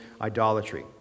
idolatry